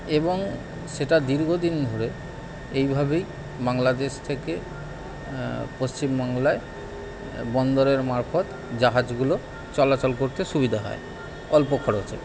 এবং সেটা দীর্ঘ দিন ধরে এইভাবেই বাংলাদেশ থেকে পশ্চিম বাংলায় বন্দরের মারফত জাহাজগুলো চলাচল করতে সুবিধা হয় অল্প খরচে